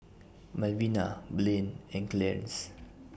Malvina Blaine and Clarnce